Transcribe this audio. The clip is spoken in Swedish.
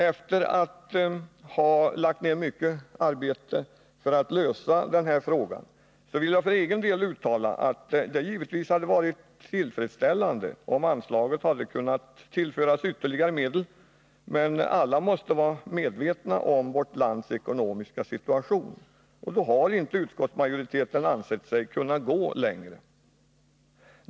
Efter att ha lagt ned mycket arbete för att lösa den här frågan vill jag för egen del uttala att det givetvis hade varit tillfredsställande, om ytterligare medel hade kunnat anslås. Men alla måste vara medvetna om vårt lands ekonomiska situation. Utskottsmajoriteten har med tanke på denna inte ansett sig kunna sträcka sig längre.